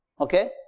okay